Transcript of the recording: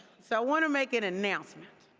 so i want to make an announcement